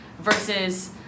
versus